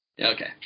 Okay